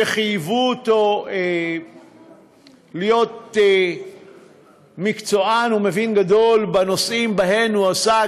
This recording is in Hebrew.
שחייבו אותו להיות מקצוען ומבין גדול בנושאים שבהם הוא עסק,